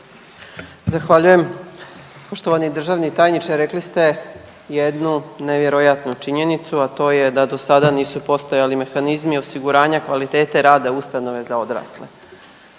Zahvaljujem. Poštovani državni tajniče, rekli ste jednu nevjerojatnu činjenicu, a to je da do sada nisu postojali mehanizmi osiguranja kvalitete rada ustanove za odrasle.